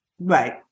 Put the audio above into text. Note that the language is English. Right